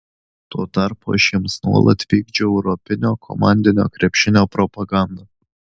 tuo tarpu aš jiems nuolat vykdžiau europinio komandinio krepšinio propagandą